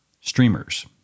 streamers